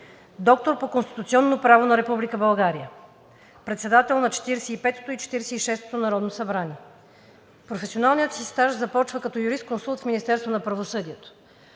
Доктор по конституционно право на Република България, председател на 45-ото и 46-ото народно събрание. Професионалният си стаж започва като юрисконсулт в Министерството на правосъдието.